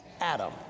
Adam